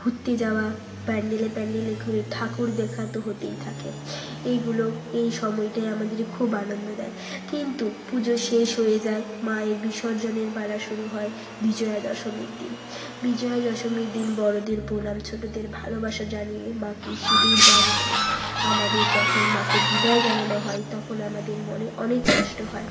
ঘুরতে যাওয়া প্যাণ্ডেলে প্যাণ্ডেলে ঘুরে ঠাকুর দেখা তো হতেই থাকে এইগুলো এই সময়টায় আমাদের খুব আনন্দ দেয় কিন্তু পুজো শেষ হয়ে যায় মায়ের বিসর্জনের পালা শুরু হয় বিজয়া দশমীর দিন বিজয়া দশমীর দিন বড়দের প্রণাম ছোটদের ভালোবাসা জানিয়ে মাকে সিঁদুর দান করে আমাদের যখন মাকে বিদায় জানানো হয় তখন আমাদের মনে অনেক কষ্ট হয়